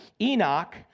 Enoch